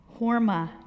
Horma